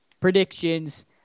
predictions